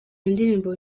indirimbo